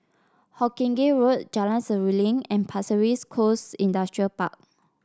Hawkinge Road Jalan Seruling and Pasir Ris Coast Industrial Park